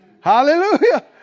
Hallelujah